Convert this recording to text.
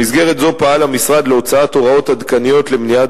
במסגרת זו פעל המשרד להוצאת הוראות עדכניות למניעת